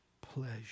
pleasure